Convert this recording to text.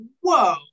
Whoa